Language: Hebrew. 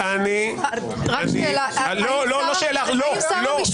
אני לא מצליח להבין את זה.